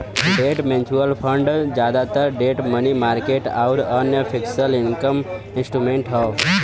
debt mutual fund जादातर debt money market आउर अन्य फिक्स्ड इनकम इंस्ट्रूमेंट्स हौ